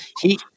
He-